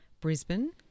Brisbane